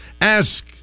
ask